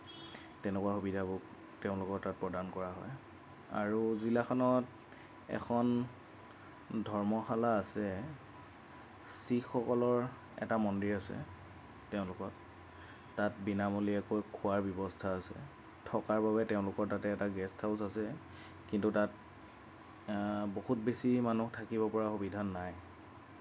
তেনেকুৱা সুবিধাবোৰ তেওঁলোকৰ তাত প্ৰদান কৰা হয় আৰু জিলাখনত এখন ধৰ্মশালা আছে শিখসকলৰ এটা মন্দিৰ আছে তেওঁলোকৰ তাত বিনামূলীয়াকৈ খোৱাৰ ব্যৱস্থা আছে থকাৰ বাবে তেওঁলোকৰ তাতে এটা গেষ্ট হাউছ আছে কিন্তু তাত বহুত বেছি মানুহ থাকিব পৰা সুবিধা নাই